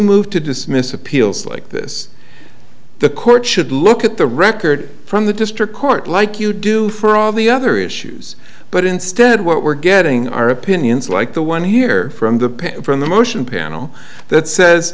move to dismiss appeals like this the court should look at the record from the district court like you do for all the other issues but instead what we're getting our opinions like the one here from the from the motion panel that says